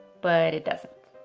but it doesn't.